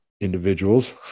individuals